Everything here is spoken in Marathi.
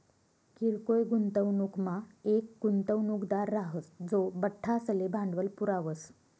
किरकोय गुंतवणूकमा येक गुंतवणूकदार राहस जो बठ्ठासले भांडवल पुरावस